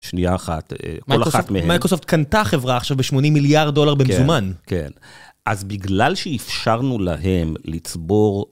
שנייה אחת, כל אחת מהן. מייקרוסופט קנתה חברה עכשיו ב-80 מיליארד דולר במזומן. כן, אז בגלל שאפשרנו להם לצבור...